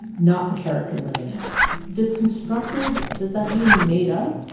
not the character living it does constructed does that mean made up?